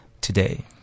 today